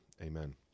amen